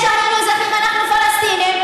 לפני שאנחנו אזרחים אנחנו פלסטינים,